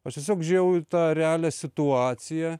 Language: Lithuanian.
aš tiesiog žiūrėjau į tą realią situaciją